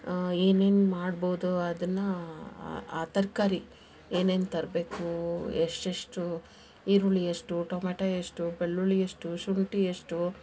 ಏನೇನು ಮಾಡ್ಬೋದು ಅದನ್ನು ತರಕಾರಿ ಏನೇನು ತರಬೇಕು ಎಷ್ಟೆಷ್ಟು ಈರುಳ್ಳಿ ಎಷ್ಟು ಟೊಮೆಟೋ ಎಷ್ಟು ಬೆಳ್ಳುಳ್ಳಿ ಎಷ್ಟು ಶುಂಠಿ ಎಷ್ಟು